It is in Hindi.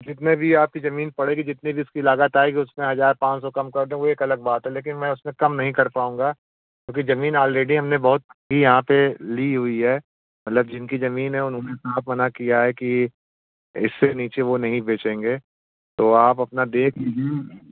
जितने भी आपकी ज़मीन पड़ेगी जितने भी उसकी लागत आएगी उसमें हज़ार पाँच सौ कम कर दूँ वह एक अलग बात है लेकिन मैं उसमें कम नहीं कर पाउँगा क्योंकि ज़मीन आलरेडी हमने बहुत ही यहाँ पर ली हुई है मतलब जिनकी ज़मीन है उन्होंने साफ़ मना किया है कि इससे नीचे वह नहीं बेचेंगे तो आप अपना देख लीजिए